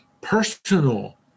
personal